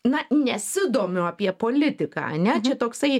na nesidomiu apie politiką ane čia toksai